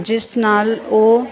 ਜਿਸ ਨਾਲ ਉਹ